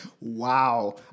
Wow